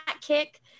kick